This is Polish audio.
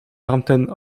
tamten